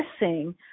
missing